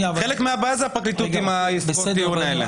מהבעיה זה הפרקליטות עם עסקות הטיעון האלה.